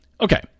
Okay